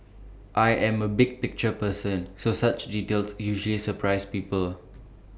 I am A big picture person so such details usually surprise people